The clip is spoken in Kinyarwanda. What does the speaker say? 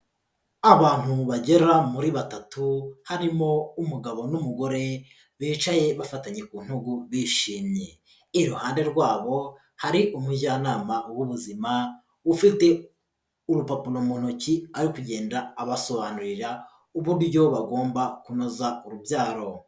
Abantu bagera muri batatu, harimo umugabo n'umugore bicaye bafatanyaye ku ntugu bishimye, iruhande rwabo hari umujyanama w'ubuzima, ufite urupapuro mu ntoki ari kugenda abasobanurira uburyo bagomba kunoza urubyaro.